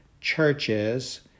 churches